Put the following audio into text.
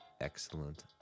excellent